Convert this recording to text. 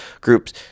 groups